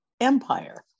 empire